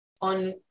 on